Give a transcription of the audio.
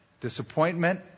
disappointment